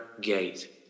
gate